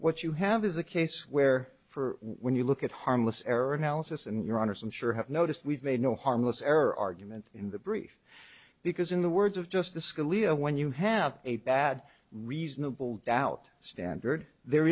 what you have is a case where for when you look at harmless error analysis and you're honest i'm sure have noticed we've made no harmless error argument in the brief because in the words of justice scalia when you have a bad reasonable doubt standard there